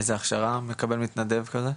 איזה הכשרה מקבל מתנדב כזה?